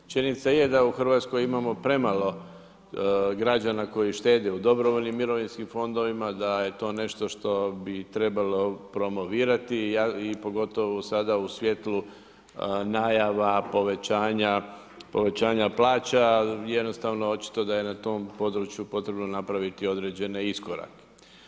Činjenica je da u Hrvatskoj imamo premalo građana koji štede u dobrovoljnim mirovinskim fondovima, da je to nešto što bi trebalo promovirati i pogotovo sada u svjetlu najava povećanja plaća, jednostavno očito da je na tom području potrebno napraviti određeni iskorak.